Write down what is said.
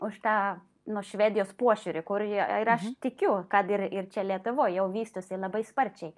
už tą nu švedijos požiūrį kur ir aš tikiu kad ir ir čia lietuvoj jau vystosi labai sparčiai